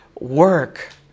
work